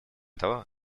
того